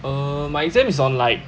err my exam is on like